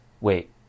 Wait